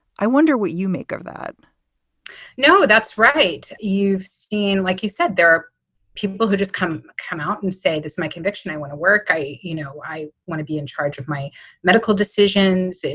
i wonder what you make of that no, that's right. you've seen, like you said, there are people who just come come out and say this my conviction, i want to work. i you know, i want to be in charge of my medical decisions.